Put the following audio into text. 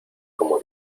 como